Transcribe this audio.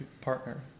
partner